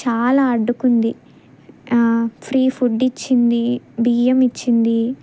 చాలా అడ్డుకుంది free food ఇచ్చింది బియ్యం ఇచ్చింది